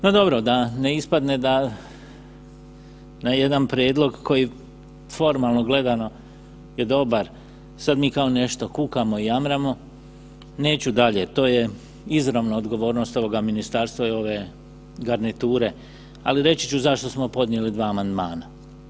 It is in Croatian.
No, dobro da ne ispadne da na jedan prijedlog koji formalno gledano je dobar sada mi kao nešto kukamo i jamramo, neću dalje, to je izravna odgovornost ovoga ministarstva i ove garniture, ali reći ću zašto smo podnijeli dva amandmana.